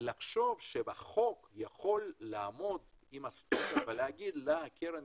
לחשוב שבחוק יכול לעמוד עם הסטופר ולהגיד לקרן